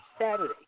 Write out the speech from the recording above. Saturday